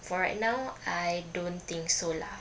for right now I don't think so lah